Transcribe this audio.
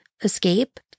escape